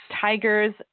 tigers